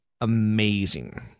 amazing